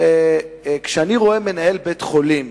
כשאני רואה מנהל בית-חולים,